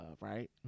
right